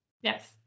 Yes